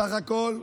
בסך הכול,